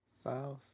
South